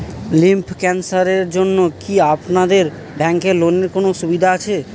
Lymph ক্যানসারের জন্য কি আপনাদের ব্যঙ্কে লোনের কোনও সুবিধা আছে?